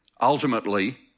Ultimately